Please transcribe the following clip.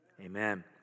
Amen